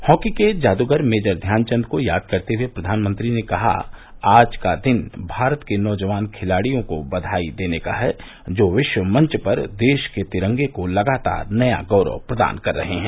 hockey के जादूगर major Dhyanchand को याद करते हुए प्रधानमंत्री ने कहा आज का दिन भारत के नौजवान खिलाडियों को बघाई देने का है जो विश्व मंच पर देश के तिरंगे को लगातार नया गौरव प्रदान कर रहे हैं